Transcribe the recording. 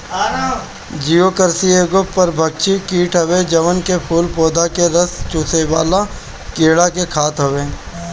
Geocoris एगो परभक्षी कीट हवे जवन की फूल पौधा के रस चुसेवाला कीड़ा के खात हवे